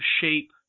shape